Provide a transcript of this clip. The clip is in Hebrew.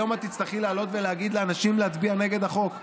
היום את תצטרכי לעלות ולהגיד לאנשים להצביע נגד החוק.